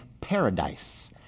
paradise